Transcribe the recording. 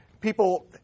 people